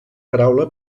paraula